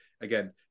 again